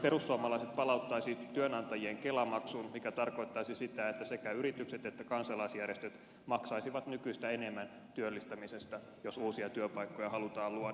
perussuomalaiset palauttaisivat työnantajien kelamaksun mikä tarkoittaisi sitä että sekä yritykset että kansalaisjärjestöt maksaisivat nykyistä enemmän työllistämisestä jos uusia työpaikkoja halutaan luoda